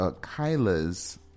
Kyla's